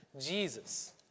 Jesus